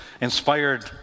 inspired